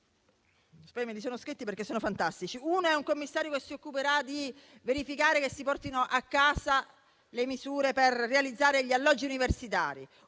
Ne abbiamo uno che si occuperà di verificare che siano portate a casa le misure per realizzare gli alloggi universitari;